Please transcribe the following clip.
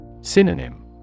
Synonym